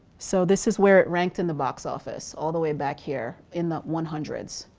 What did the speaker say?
so this is where it ranked in the box office all the way back here in the one hundred